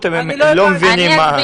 והם לא מבינים מה --- אני לא הבנתי.